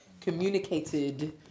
communicated